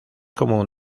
común